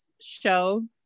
show